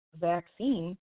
vaccine